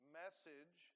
message